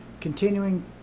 continuing